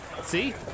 See